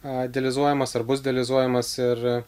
a dializuojamas ar bus dializuojamas ir